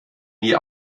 nie